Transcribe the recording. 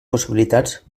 possibilitats